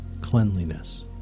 cleanliness